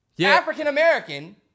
African-American